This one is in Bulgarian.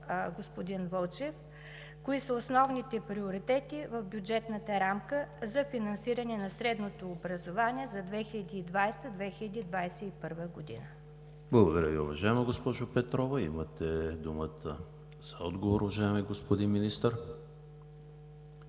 господин Вълчев: кои са основните приоритети в бюджетната рамка за финансиране на средното образование за 2020 – 2021 г.? ПРЕДСЕДАТЕЛ ЕМИЛ ХРИСТОВ: Благодаря Ви, уважаема госпожо Петрова. Имате думата за отговор, уважаеми господин Министър.